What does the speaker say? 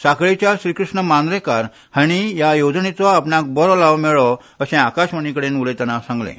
सांखळेच्या श्रीकृष्ण मांद्रेंकार हांणी ह्या येवजणेचो आपणाक बरो लाव मेळ्ळो अशें आकाशवाणी कडेन उलयतना सांगलें